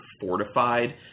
fortified